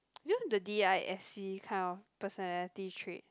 you know the D_I_S_C kind of personality trait